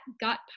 gut